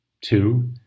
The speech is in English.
Two